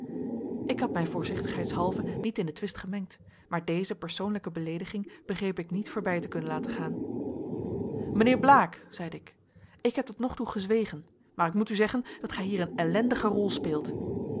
ik had mij voorzichtigheidshalve niet in den twist gemengd maar deze persoonlijke beleediging begreep ik niet voorbij te kunnen laten gaan mijnheer blaek zeide ik ik heb tot nog toe gezwegen maar ik moet u zeggen dat gij hier een ellendige rol speelt